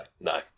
no